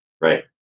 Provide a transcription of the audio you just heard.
right